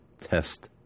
test